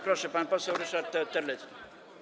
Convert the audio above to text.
Proszę, pan poseł Ryszard Terlecki.